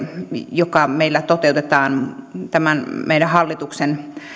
joka meillä toteutetaan tämän meidän hallituksen